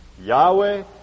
Yahweh